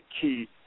key